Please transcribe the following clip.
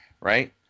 right